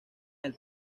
del